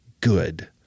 good